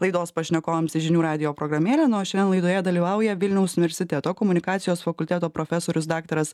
laidos pašnekovams į žinių radijo programėlę na o šiandien laidoje dalyvauja vilniaus universiteto komunikacijos fakulteto profesorius daktaras